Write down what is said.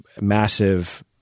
massive